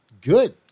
good